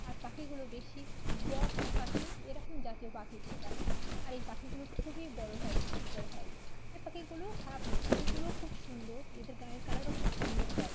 আর পাখিগুলো বেশি বক পাখি এরকম জাতীয় পাখি সেখানে আর এই পাখিগুলো খুবই বড় টাইপসের হয় এ পাখিগুলোও খারাপ নয় এই পাখিগুলোও খুব সুন্দর এদের গায়ের কালারও খুব সুন্দর হয়